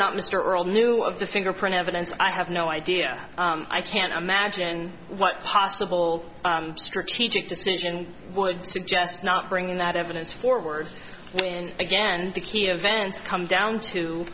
not mr earle knew of the fingerprint evidence i have no idea i can't imagine what possible strategic decision would suggest not bringing that evidence forward and again the key events come down